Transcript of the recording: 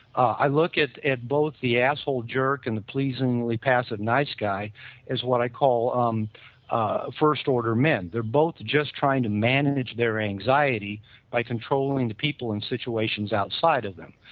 i look at at both the asshole-jerk and the pleasingly passive nice guy is what i called um ah first order men. they're both just trying to manage their anxiety by controlling the people in situations outside of them.